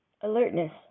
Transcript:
alertness